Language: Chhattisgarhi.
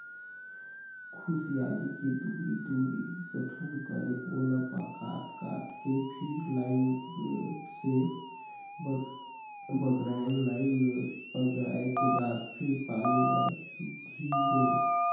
खुसियार के दूरी, दूरी गठन करके ओला काट काट के फिर लाइन से बगरायन लाइन में बगराय के बाद फिर पानी ल ढिलेन